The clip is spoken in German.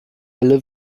alle